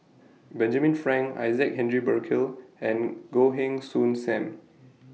Benjamin Frank Isaac Henry Burkill and Goh Heng Soon SAM